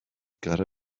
gotta